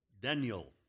Daniel